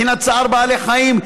מבחינת צער בעלי חיים,